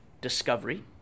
discovery